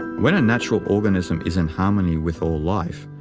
when a natural organism is in harmony with all life,